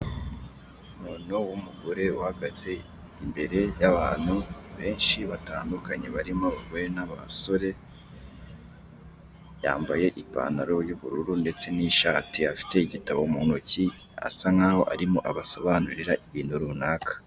Umuntu ureba uhagaze imbere y'abantu benshi batandukanye barimo abagore n'abasore yambaye ipantaro y'ubururu ndetse n'ishati afite igitabo mu ntoki asa nkaho arimo abasobanurira ibintu runaka.